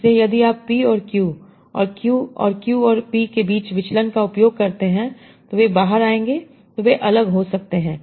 इसलिए यदि आप p और q और q और q और p के बीच विचलन का उपयोग करते हैं वे बाहर आएंगेतो वे अलग हो सकते हैं